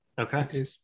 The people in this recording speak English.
okay